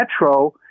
Metro